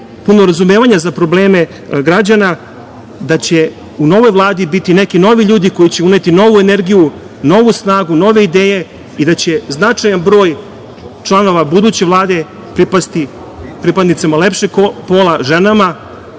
puno razumevanja za probleme građana, da će u novoj vladi biti neki novi ljudi, koji će uneti novu energiju, novu snagu, nove ideje i da će značajan broj članova buduće vlade pripasti pripadnicima lepšeg pola, ženama.